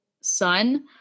son